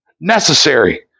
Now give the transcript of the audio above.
necessary